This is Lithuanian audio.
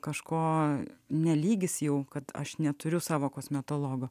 kažko ne lygis jau kad aš neturiu savo kosmetologo